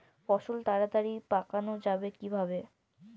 ফসল তাড়াতাড়ি পাকানো যাবে কিভাবে?